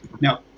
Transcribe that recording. Now